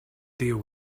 deal